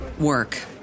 work